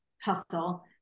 hustle